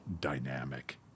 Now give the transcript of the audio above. dynamic